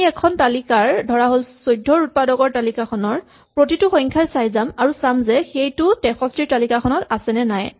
আমি এখন তালিকাৰ ধৰাহ'ল ১৪ ৰ উৎপাদকৰ তালিকাখনৰ প্ৰতিটো সংখ্যা চাই যাম আৰু চাম যে সেইটো ৬৩ ৰ তালিকাখনত আছে নে নাই